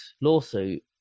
lawsuit